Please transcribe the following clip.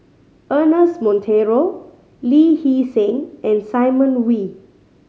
Ernest Monteiro Lee Hee Seng and Simon Wee